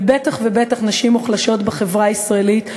ובטח ובטח נשים מוחלשות בחברה הישראלית,